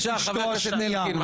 בבקשה, חבר הכנסת אלקין.